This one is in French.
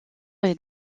est